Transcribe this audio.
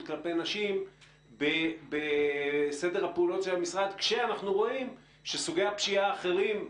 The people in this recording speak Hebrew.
כלפי נשים בסדר הפעולות של המשרד כאשר אנחנו רואים שסוגי הפשיעה האחרים,